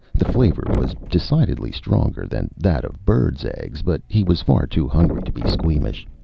the flavor was decidedly stronger than that of birds' eggs, but he was far too hungry to be squeamish.